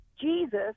Jesus